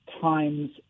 times